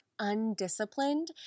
Undisciplined